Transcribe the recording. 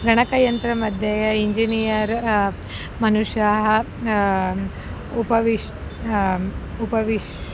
गणकयन्त्रमध्ये engineer मनुष्याः उपविश्य उपविश्य